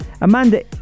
Amanda